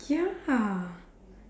ya